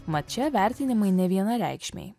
mat čia vertinimai nevienareikšmiai